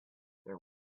there